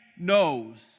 knows